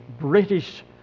British